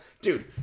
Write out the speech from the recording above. dude